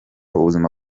ubuzima